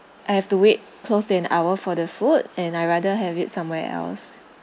I have to wait close to an hour for the food and I rather have it somewhere else